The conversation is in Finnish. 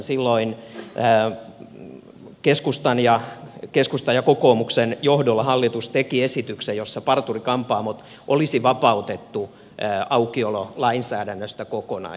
silloin keskustan ja kokoomuksen johdolla hallitus teki esityksen jossa parturi kampaamot olisi vapautettu aukiololainsäädännöstä kokonaan